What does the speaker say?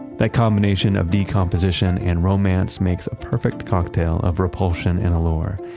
that combination of decomposition and romance makes a perfect cocktail of repulsion and allure.